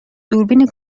دوربین